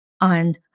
on